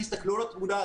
תסתכלו על התמונה.